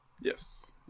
Yes